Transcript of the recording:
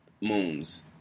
moons